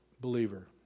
believer